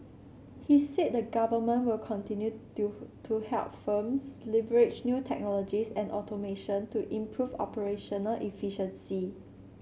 he said the government will continue to to help firms leverage new technologies and automation to improve operational efficiency